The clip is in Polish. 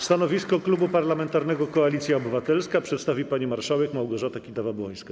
Stanowisko Klubu Parlamentarnego Koalicja Obywatelska przedstawi pani marszałek Małgorzata Kidawa-Błońska.